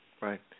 right